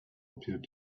appeared